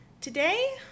Today